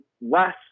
less